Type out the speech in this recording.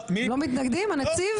הם לא מתנגדים, הנציב?